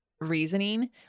reasoning